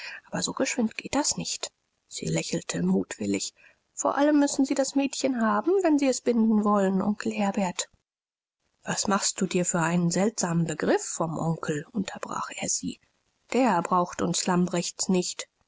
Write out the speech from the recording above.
aber so geschwind geht das nicht sie lächelte mutwillig vor allem müssen sie das mädchen haben wenn sie es binden wollen onkel herbert was machst du dir für einen seltsamen begriff vom onkel unterbrach er sie der braucht uns lamprechts nicht